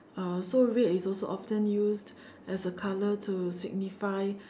uh so red is also often use as a color to signify